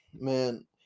man